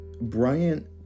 Bryant